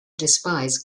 despise